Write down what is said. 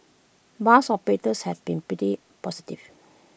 bus operators have been pretty positive